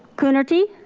coonerty.